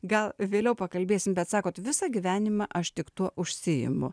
gal vėliau pakalbėsim bet sakot visą gyvenimą aš tik tuo užsiimu